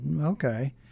Okay